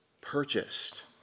purchased